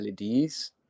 LEDs